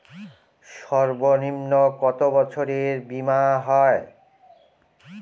সর্বনিম্ন কত বছরের বীমার হয়?